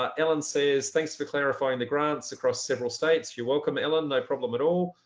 um ellen says thanks for clarifying the grants across several states. you're welcome, ellen, no problem at all.